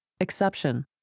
Exception